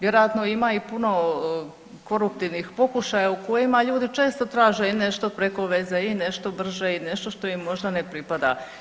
Vjerojatno ima i puno koruptivnih pokušajima u kojima ljudi često traže i nešto preko veze i nešto brže i nešto što im možda ne pripada.